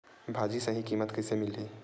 भाजी सही कीमत कइसे मिलही?